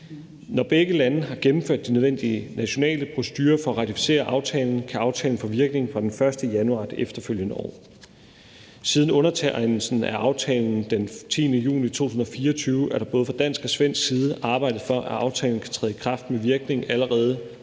Når begge lande har gennemført de nødvendige nationale procedurer for at ratificere aftalen, kan aftalen få virkning fra den 1. januar det efterfølgende år. Siden undertegnelsen af aftalen den 10. juni 2024 er der både fra dansk og svensk side arbejdet for, at aftalen kan træde i kraft med virkning allerede